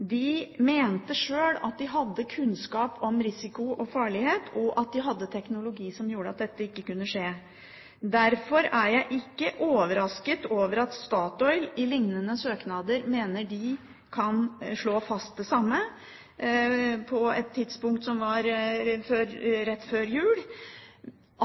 De mente sjøl at de hadde kunnskap om risiko og farlighet, og at de hadde teknologi som gjorde at dette ikke kunne skje. Derfor er jeg ikke overrasket over at Statoil i lignende søknader på et tidspunkt rett før jul mener de kan slå fast det samme.